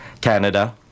Canada